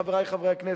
חברי חברי הכנסת: